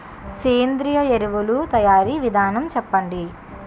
సేంద్రీయ ఎరువుల తయారీ విధానం చెప్పండి?